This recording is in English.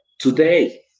Today